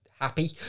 happy